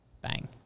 Bang